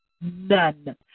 None